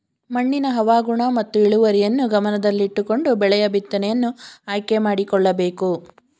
ಮಣ್ಣಿನ ಹವಾಗುಣ ಮತ್ತು ಇಳುವರಿಯನ್ನು ಗಮನದಲ್ಲಿಟ್ಟುಕೊಂಡು ಬೆಳೆಯ ಬಿತ್ತನೆಯನ್ನು ಆಯ್ಕೆ ಮಾಡಿಕೊಳ್ಳಬೇಕು